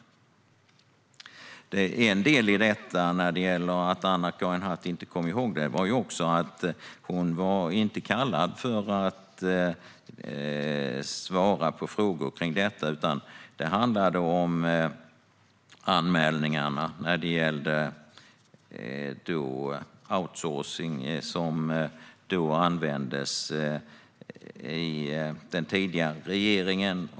En del i att Anna-Karin Hatt inte kom ihåg det var också att hon inte var kallad för att svara på frågor om det. Det skulle handla om anmälningarna om outsourcing, om det användes i den tidigare regeringen.